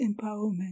empowerment